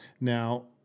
Now